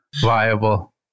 viable